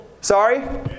Sorry